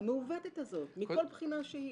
המעוותת הזאת מכל בחינה שהיא.